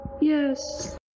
yes